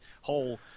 whole